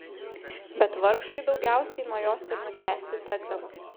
bet vargšui daugiausiai nuo jos ir nukęsti tekdavo